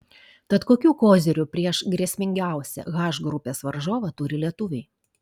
tad kokių kozirių prieš grėsmingiausią h grupės varžovą turi lietuviai